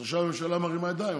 אז עכשיו הממשלה מרימה ידיים,